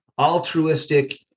altruistic